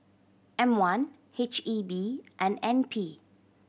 M One H E B and N P